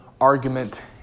argument